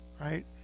right